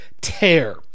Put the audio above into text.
tear